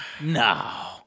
No